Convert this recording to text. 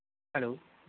hello